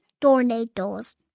tornadoes